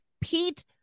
Pete